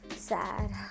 sad